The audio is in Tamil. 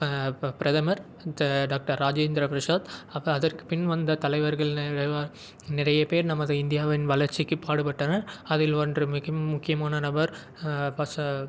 பிரதமர் ஜ டாக்டர் ராஜேந்திர பிரசாத் அப் அதற்கு பின் வந்த தலைவர்கள் நற நிறைய பேர் நமது இந்தியாவின் வளர்ச்சிக்கு பாடுபட்டனர் அதில் ஒன்று மிகவும் முக்கியமான நபர் வச